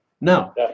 Now